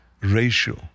ratio